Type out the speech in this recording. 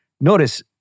notice